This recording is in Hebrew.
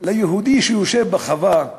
ליהודי שיושב בחווה,